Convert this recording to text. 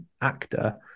actor